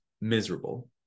miserable